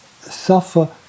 suffer